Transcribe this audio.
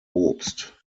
obst